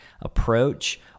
approach